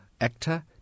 actor